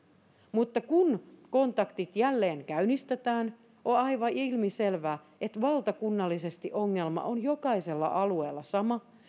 mutta kun kontaktit jälleen käynnistetään on aivan ilmiselvää että valtakunnallisesti ongelma on jokaisella alueella sama se